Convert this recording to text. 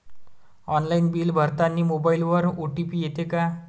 Online bill भरतानी मोबाईलवर OTP येते का?